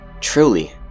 Truly